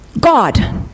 god